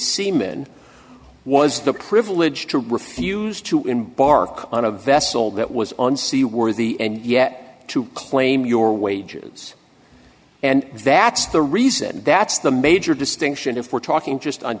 seaman was the privilege to refuse to embark on a vessel that was on sea worthy and yet to claim your wages and that's the reason that's the major distinction if we're talking just on